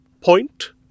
point